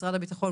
משרד הביטחון,